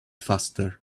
faster